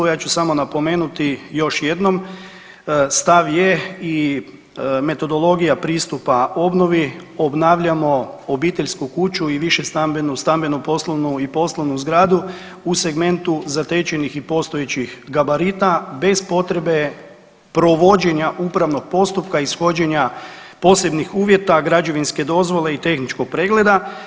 Ja ću samo napomenuti još jednom, stav je i metodologija pristupa obnovi, obnavljamo obiteljsku kuću i višestambenu, stambeno-poslovnu i poslovnu zgradu u segmentu zatečenih i postojećih gabarita, bez potrebe provođenja upravnog postupka ishođenja posebnih uvjeta, građevinske dozvole i tehničkog pregleda.